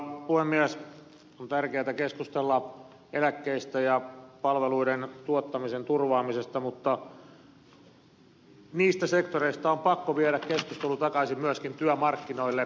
on tärkeätä keskustella eläkkeistä ja palveluiden tuottamisen turvaamisesta mutta niistä sektoreista on pakko viedä keskustelu takaisin myöskin työmarkkinoille